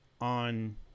on